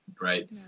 right